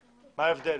ציבור, מה ההבדל?